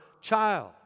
child